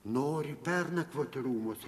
nori pernakvoti rūmuose